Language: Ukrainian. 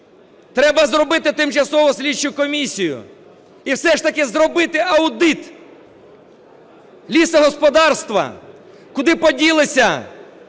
треба зробити тимчасову слідчу комісію і все ж таки зробити аудит лісогосподарства куди поділися